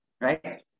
Right